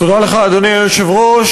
תודה לך, אדוני היושב-ראש.